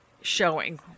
showing